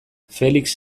felix